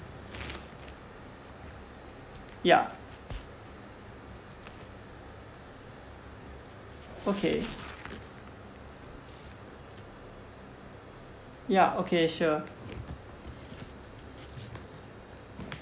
ya okay ya okay sure